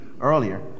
earlier